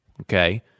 Okay